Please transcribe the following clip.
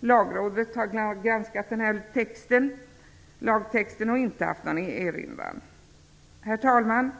Lagrådet har granskat texten och inte haft någon erinran. Herr talman!